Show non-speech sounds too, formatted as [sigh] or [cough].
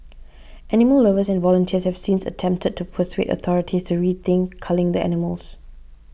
[noise] animal lovers and volunteers have since attempted to persuade authorities to rethink culling the animals